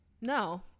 No